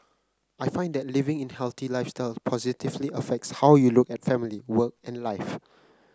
I find that living a healthy lifestyle positively affects how you look at family work and life